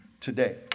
today